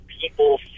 people